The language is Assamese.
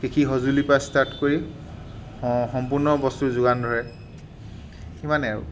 কৃষি সঁজুলিৰ পৰা ষ্টাৰ্ট কৰি স সম্পূৰ্ণ বস্তু যোগান ধৰে সিমানে আৰু